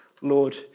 Lord